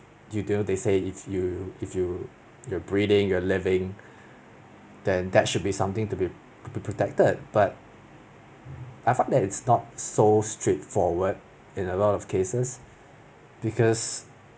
you don't know they say if you if you you're breathing you're living then that should be something to be to be protected but I found that's not so straightforward in a lot of cases because